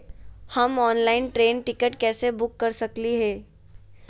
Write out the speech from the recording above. हम online train ticket कैसे book कर सकली हई?